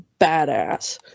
badass